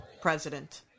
president